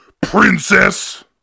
princess